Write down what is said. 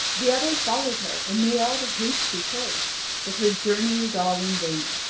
the other followed her, and made all the haste she could but her journey was all in vain,